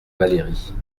valérie